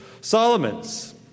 Solomon's